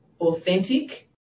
authentic